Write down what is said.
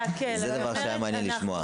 זה דבר שהיה מעניין לשמוע.